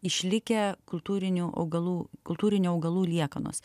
išlikę kultūrinių augalų kultūrinių augalų liekanos